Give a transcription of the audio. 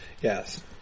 Yes